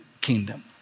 kingdom